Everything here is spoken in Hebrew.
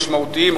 משמעותיים,